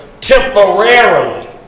temporarily